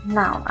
now